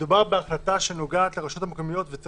מדובר בהחלטה שנוגעת לרשויות המקומיות ויש